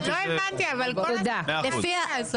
לא הבנתי, אבל כל הסיטואציה הזאת לא נורמלית.